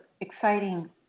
exciting